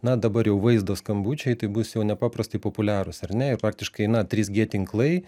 na dabar jau vaizdo skambučiai tai bus jau nepaprastai populiarūs ar ne ir praktiškai na trys tinklai